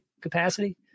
capacity